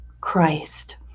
Christ